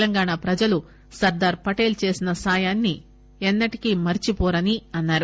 తెలంగాణ ప్రజలు సర్దార్ పటేల్ చేసిన సాయాన్ని ఎన్నటికి మరచి పోరని అన్సారు